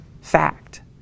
fact